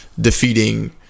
defeating